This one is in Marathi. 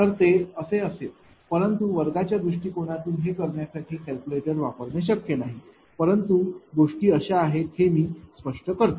तर ते असे असेल परंतु वर्गाच्या दृष्टिकोनातून हे करण्यासाठी कॅल्क्युलेटर वापरणे शक्य नाही परंतु गोष्टी कशा आहेत हे मी स्पष्ट करतो